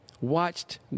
watched